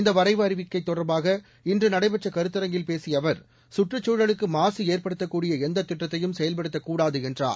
இந்த வரைவு அறிவிக்கை தொடர்பாக இன்று நடைபெற்ற கருத்தரங்கில் பேசிய அவர் கற்றுச் சூழலுக்கு மாசு ஏற்படுத்தக்கூடிய எந்த திட்டத்தையும் செயல்படுத்தக் கூடாது என்றார்